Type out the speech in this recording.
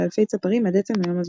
לאלפי צפרים עד עצם היום הזה.